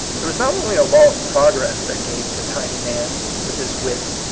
there was not only a law of progress that gave to tiny man, with his wits,